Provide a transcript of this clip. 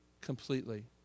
completely